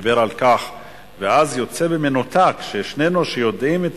ואז יוצא במנותק ששנינו שיודעים את